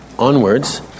onwards